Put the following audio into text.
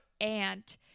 aunt